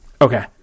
Okay